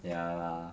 ya